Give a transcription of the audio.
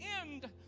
end